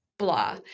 Blah